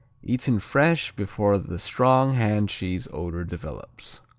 eaten fresh, before the strong hand cheese odor develops.